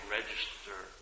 register